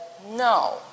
no